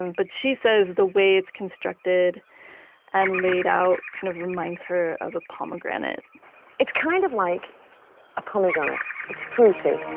and but she says the way it's constructed and laid out kind of reminds her of a pomegranate it's kind of like a pomegranate, it's fruity,